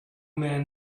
man